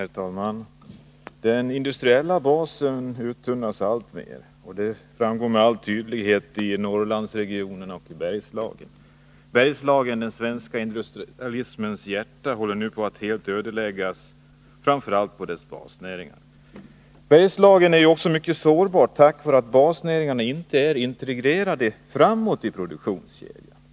Herr talman! Den industriella basen uttunnas alltmer, vilket med all tydlighet visar sig i Norrlandsregionerna och Bergslagen. Bergslagen, den svenska industrialismens hjärta, håller nu på att ödeläggas helt, framför allt med avseende på dess basnäringar. Bergslagen är också mycket sårbart på grund av att basnäringarna inte är integrerade framåt i produktionskedjan.